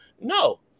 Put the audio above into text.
No